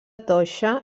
toixa